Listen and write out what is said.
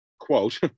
quote